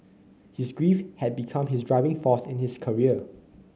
his grief had become his driving force in his career